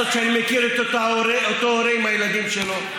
מה לעשות שאני מכיר את אותו הורה עם הילדים שלו.